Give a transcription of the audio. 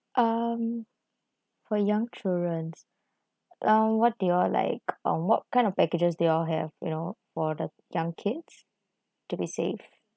um for young children uh what do you all like um what kind of packages do you all have you know for the young kids to be safe